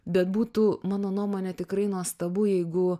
bet būtų mano nuomone tikrai nuostabu jeigu